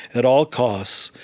at all costs,